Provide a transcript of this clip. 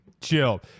chill